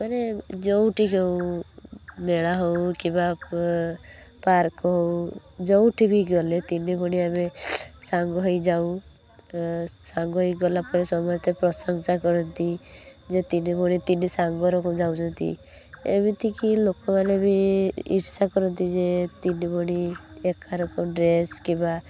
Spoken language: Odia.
ମାନେ ଯେଉଁଠି ବି ହଉ ମେଳା ହେଉ କିମ୍ବା ପାର୍କ ହେଉ ଯେଉଁଠି ବି ଗଲେ ତିନି ଭଉଣୀ ଆମେ ସାଙ୍ଗ ହେଇ ଯାଉ ସାଙ୍ଗ ହେଇ ଗଲା ପରେ ସମସ୍ତେ ପ୍ରଶଂସା କରନ୍ତି ଯେ ତିନି ଭଉଣୀ ତିନି ସାଙ୍ଗ ଯାଉଛନ୍ତି ଏମିତି କି ଲୋକମାନେ ବି ଈର୍ଷା କରନ୍ତି ଯେ ତିନି ଭଉଣୀ ଏକା ରକମର ଡ୍ରେସ କିମ୍ବା